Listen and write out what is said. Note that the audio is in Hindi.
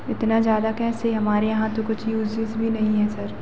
इतना ज़्यादा कैसे हमारे यहाँ तो कुछ यूज़ यूज़ भी नहीं है सर